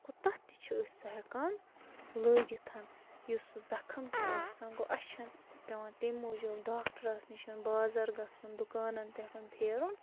گوٚو تَتھ تہِ چھِ أسۍ سُہ ہٮ۪کان لٲگِتھ یُس سُہ زَخم چھِ آسان گوٚو اَسہِ چھَنہٕ پٮ۪وان تَمہِ موٗجوٗب ڈاکٹرَس نِش بازر گَژھُن دُکانَن پٮ۪ٹھ پھیرُن